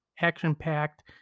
action-packed